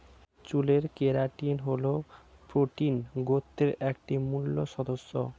চুলের কেরাটিন হল প্রোটিন গোত্রের একটি মূল সদস্য